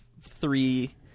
three